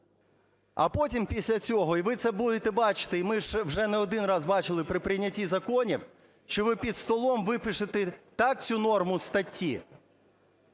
а потім після цього, і ви це будете бачити, і ми ж вже не один раз бачили при прийнятті законів, що ви "під столом" випишете так цю норму статті